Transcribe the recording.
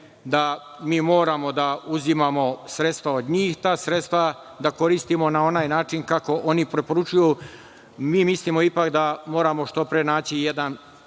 da mi moramo da uzimamo sredstva od njih, ta sredstva da koristimo na onaj način kako oni preporučuju. Mi mislimo ipak da moramo što pre naći jedan